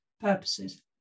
purposes